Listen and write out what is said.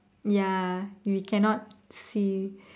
ya we cannot see